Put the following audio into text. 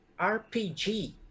RPG